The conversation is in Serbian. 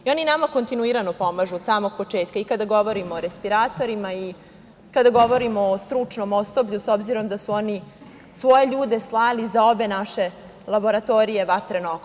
I oni nama kontinuirano pomažu od samog početka, i kada govorimo o respiratorima i kada govorimo o stručnom osoblju, s obzirom da su oni svoje ljude slali za obe naše laboratorije „Vatreno oko“